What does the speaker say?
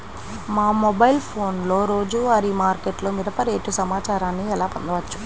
మా మొబైల్ ఫోన్లలో రోజువారీ మార్కెట్లో మిరప రేటు సమాచారాన్ని ఎలా పొందవచ్చు?